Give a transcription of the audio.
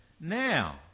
now